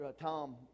Tom